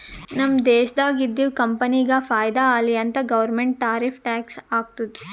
ನಮ್ ದೇಶ್ದಾಗ್ ಇದ್ದಿವ್ ಕಂಪನಿಗ ಫೈದಾ ಆಲಿ ಅಂತ್ ಗೌರ್ಮೆಂಟ್ ಟಾರಿಫ್ ಟ್ಯಾಕ್ಸ್ ಹಾಕ್ತುದ್